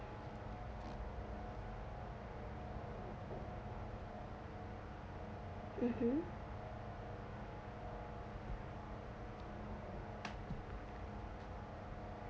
mmhmm